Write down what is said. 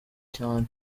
cyane